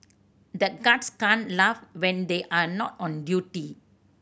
the guards can't laugh when they are not on duty